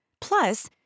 Plus